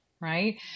right